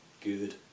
good